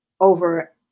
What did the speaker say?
over